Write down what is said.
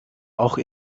auch